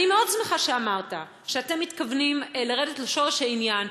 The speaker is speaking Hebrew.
אני מאוד שמחה שאמרת שאתם מתכוונים לרדת לשורש העניין.